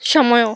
ସମୟ